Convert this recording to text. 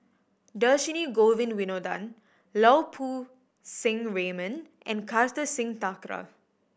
Dhershini Govin Winodan Lau Poo Seng Raymond and Kartar Singh Thakral